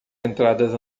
entradas